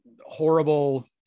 horrible